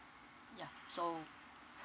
yeah so